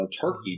Turkey